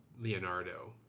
Leonardo